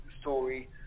story